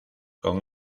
con